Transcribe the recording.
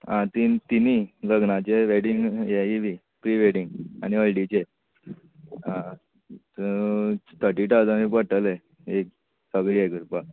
आं तीन तिनी लग्नाचे वॅडींग हे येयली प्री वॅडींग आनी हळडीचे आसा त थटी थावज बी पडटले एक सगलें हें करपा